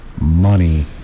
money